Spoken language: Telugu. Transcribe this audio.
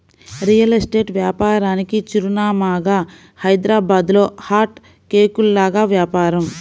రియల్ ఎస్టేట్ వ్యాపారానికి చిరునామాగా హైదరాబాద్లో హాట్ కేకుల్లాగా వ్యాపారం